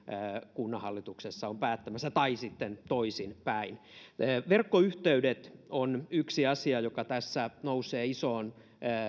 kunnanhallituksessa on päättämässä tai sitten toisin päin verkkoyhteydet on yksi asia joka tässä nousee isoon